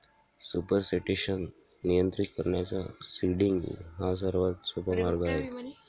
supersaturation नियंत्रित करण्याचा seeding हा सर्वात सोपा मार्ग आहे